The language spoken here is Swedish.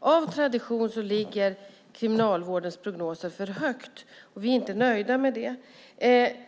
Av tradition ligger Kriminalvårdens prognoser för högt. Vi är inte nöjda med det.